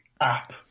app